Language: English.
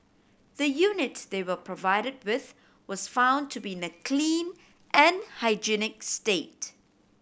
the unit they were provided with was found to be in a clean and hygienic state